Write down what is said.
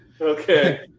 Okay